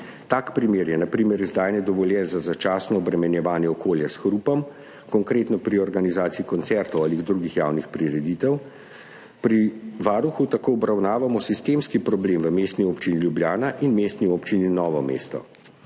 Tak primer je na primer izdajanje dovoljenj za začasno obremenjevanje okolja s hrupom, konkretno pri organizaciji koncertov ali drugih javnih prireditev. Pri Varuhu tako obravnavamo sistemski problem v Mestni občini Ljubljana in Mestni občini Novo mesto.